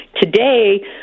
today